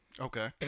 Okay